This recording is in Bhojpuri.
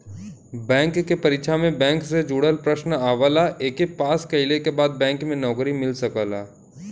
बैंक के परीक्षा में बैंक से जुड़ल प्रश्न आवला एके पास कइले के बाद बैंक में नौकरी मिल सकला